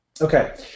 Okay